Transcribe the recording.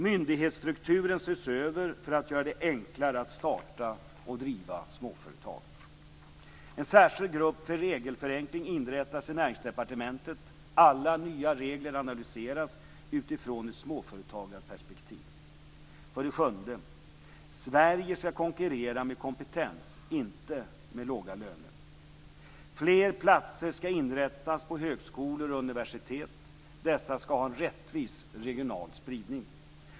Myndighetsstrukturen ses över för att göra det enklare att starta och driva småföretag. En särskild grupp för regelförenkling inrättas i Näringsdepartementet. Alla nya regler analyseras utifrån ett småföretagarperspektiv. 7. Sverige skall konkurrera med kompetens, inte med låga löner. Fler platser skall inrättas på högskolor och universitet. Dessa skall ha en rättvis regional spridning.